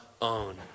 own